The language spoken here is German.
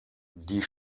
die